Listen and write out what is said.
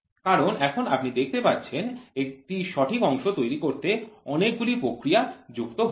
কারণ এখন আপনি দেখতে পাচ্ছেন একটি সঠিক অংশ তৈরি করতে অনেকগুলি প্রক্রিয়া যুক্ত হচ্ছে